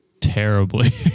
terribly